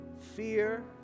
fear